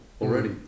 already